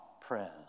prayers